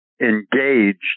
engaged